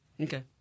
Okay